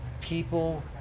People